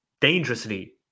dangerously